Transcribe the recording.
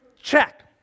Check